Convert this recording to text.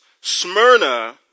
Smyrna